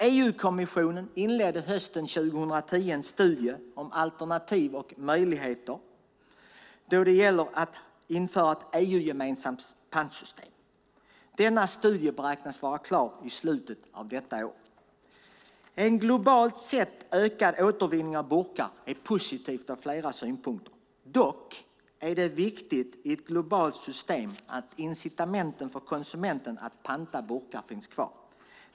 EU-kommissionen inledde hösten 2010 en studie om alternativ och möjligheter när det gäller att införa ett EU gemensamt pantsystem. Denna studie beräknas vara klar i slutet av detta år. En globalt sett ökad återvinning av burkar är ur flera synpunkter positivt. Dock är det i ett globalt system viktigt att incitamenten för konsumenten att panta burkar finns kvar.